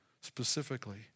specifically